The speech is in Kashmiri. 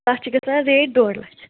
اَتھ چھِ گژھان ریٹ ڈۄڈ لَچھ